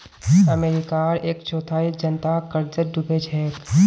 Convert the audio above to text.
अमेरिकार एक चौथाई जनता कर्जत डूबे छेक